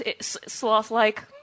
Sloth-like